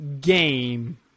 game